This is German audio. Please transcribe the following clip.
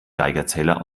geigerzähler